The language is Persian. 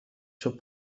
چوب